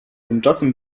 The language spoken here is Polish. tymczasem